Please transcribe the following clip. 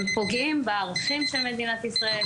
שהם פוגעים בערכים של מדינת ישראל,